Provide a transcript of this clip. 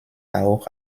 auch